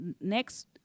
Next